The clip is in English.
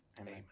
Amen